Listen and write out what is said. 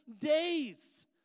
days